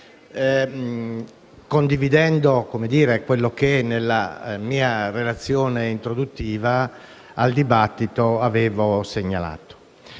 condividendo quello che nella mia relazione introduttiva al dibattito avevo segnalato.